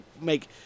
make